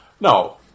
No